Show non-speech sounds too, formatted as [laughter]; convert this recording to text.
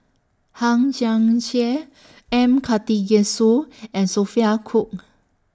Hang Chang Chieh M Karthigesu [noise] and Sophia Cooke